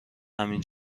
همین